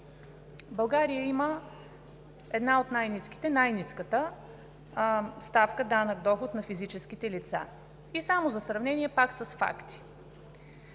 България има най-ниската ставка на данък доход на физическите лица. Само за сравнение, пак с факти.